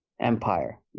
Empire